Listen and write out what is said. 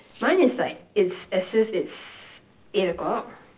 mine is like it's as if it's eight o-clock